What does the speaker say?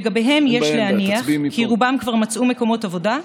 ולגביהם יש להניח כי רובם כבר מצאו מקומות עבודה,